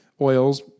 Oils